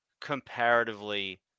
comparatively